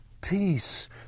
peace